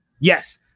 Yes